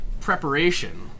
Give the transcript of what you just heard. preparation